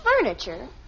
furniture